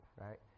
Right